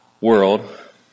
world